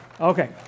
Okay